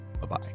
Bye-bye